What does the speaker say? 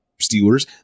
Steelers